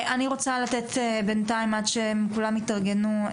אני רוצה לתת בינתיים עד שכולו יתארגנו,